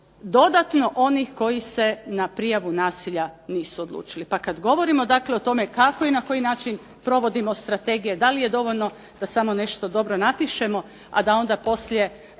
dodatno onih koji se na prijavu nasilja nisu odlučili. Pa kada govorimo o tome kako i na koji način provodimo strategije, da li je dovoljno da nešto dobro napišemo, da poslije